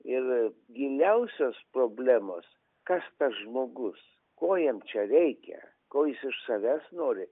ir giliausios problemos kas tas žmogus ko jam čia reikia ko jis iš savęs nori